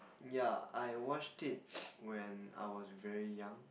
yeah I watched it when I was very young